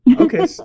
Okay